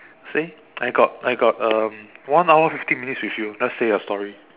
say I got I got um one hour fifty minutes with you just say your story